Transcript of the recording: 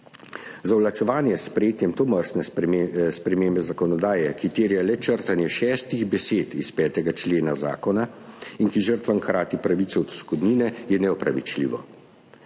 Zavlačevanje s sprejetjem tovrstne spremembe zakonodaje, ki terja le črtanje šestih besed iz 5. člena Zakona in ki žrtvam krati pravico do odškodnine, je neopravičljivo.